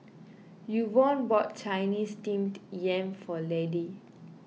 Yvonne bought Chinese Steamed Yam for Laddie